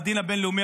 בדין הבין-לאומי,